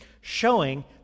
showing